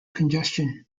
congestion